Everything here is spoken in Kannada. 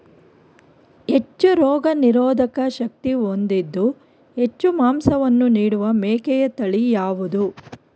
ಹೆಚ್ಚು ರೋಗನಿರೋಧಕ ಶಕ್ತಿ ಹೊಂದಿದ್ದು ಹೆಚ್ಚು ಮಾಂಸವನ್ನು ನೀಡುವ ಮೇಕೆಯ ತಳಿ ಯಾವುದು?